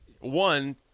one